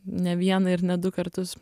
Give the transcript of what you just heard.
ne vieną ir ne du kartus